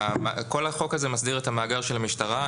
כל החוק הזה מסדיר את המאגר של המשטרה.